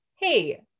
hey